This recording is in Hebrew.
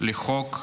לחוק שהיום,